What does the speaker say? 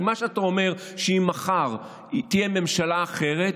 כי מה שאתה אומר הוא שאם מחר תהיה ממשלה אחרת,